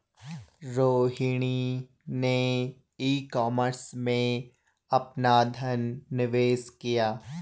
रोहिणी ने e commerce में अपना धन निवेश किया